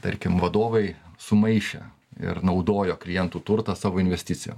tarkim vadovai sumaišė ir naudojo klientų turtą savo investicijom